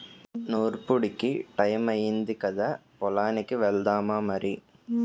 నూర్పుడికి టయమయ్యింది కదా పొలానికి ఎల్దామా మరి